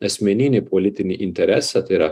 asmeninį politinį interesą tai yra